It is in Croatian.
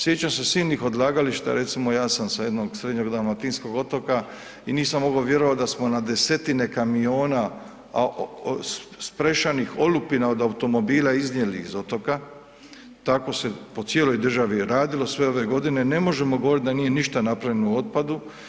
Sjećam se silnih odlagališta, recimo, ja sam sa jednog srednje dalmatinskog otoka i nisam mogao vjerovati da smo na desetine kamiona sprešanih olupina od automobila iznijeli iz otoka, tako se po cijeloj državi radilo sve ove godine, ne možemo govoriti da nije ništa napravljeno o otpadu.